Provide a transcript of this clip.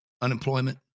unemployment